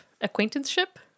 acquaintanceship